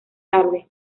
tarde